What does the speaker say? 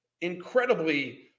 incredibly